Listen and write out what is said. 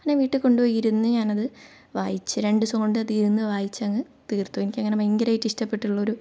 അങ്ങനെ വീട്ടിൽക്കൊണ്ടുപോയി ഇരുന്നു ഞാനത് വായിച്ചു രണ്ടുദിവസം കൊണ്ട് ഇരുന്നു വായിച്ചങ്ങ് തീർത്തു എനിക്കങ്ങനെ ഭയങ്കരമായിട്ട് ഇഷ്ടപ്പെട്ടുള്ളൊരു